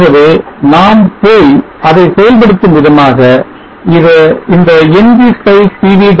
ஆகவே நாம் போய் அதை செயல்படுத்தும் விதமாக இந்த ng spice pv